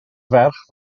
ferch